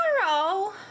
Tomorrow